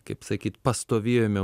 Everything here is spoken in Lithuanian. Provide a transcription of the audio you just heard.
kaip sakyt pastovėjome